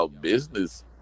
business